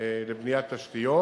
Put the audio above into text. לבניית תשתיות,